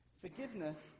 forgiveness